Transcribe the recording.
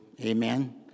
Amen